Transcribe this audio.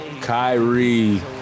Kyrie